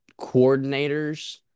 coordinators